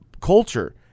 culture